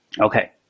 Okay